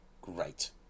Great